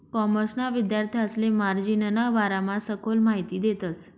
कॉमर्सना विद्यार्थांसले मार्जिनना बारामा सखोल माहिती देतस